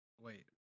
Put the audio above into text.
wait